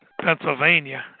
Pennsylvania